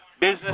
business